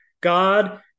God